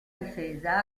difesa